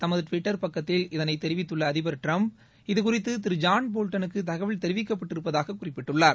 தமது டுவிட்டர் பக்கத்தில் இதனை தெரிவித்துள்ள அதிபர் டிரம்ப் இது குறித்து திரு ஜான் போல்டன்னுக்கு தகவல் தெரிவிக்கப்பட்டிருப்பதாகக் குறிப்பிட்டுள்ளார்